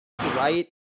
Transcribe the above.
right